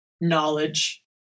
knowledge